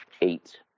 eight